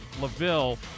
LaVille